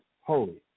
holy